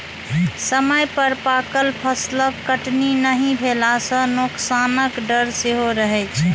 समय पर पाकल फसलक कटनी नहि भेला सं नोकसानक डर सेहो रहै छै